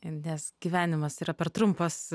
nes gyvenimas yra per trumpas